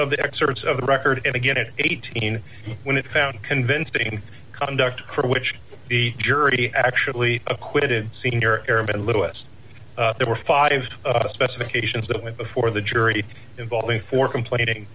excerpts of the record and again it eighteen when it found convincing conduct for which the jury actually acquitted a senior airman louis there were five specifications that went before the jury involving four complaining